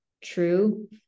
true